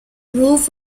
move